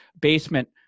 basement